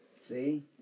See